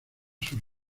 sus